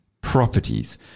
properties